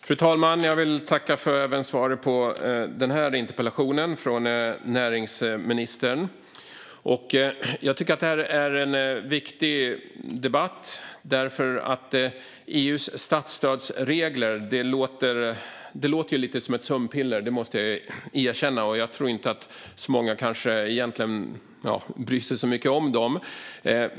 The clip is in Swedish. Fru talman! Jag vill tacka för svaret från näringsministern även på denna interpellation. Jag tycker att det här är en viktig debatt. EU:s statsstödsregler låter lite som ett sömnpiller; det måste jag erkänna. Jag tror kanske inte att så många egentligen bryr sig så mycket om dem.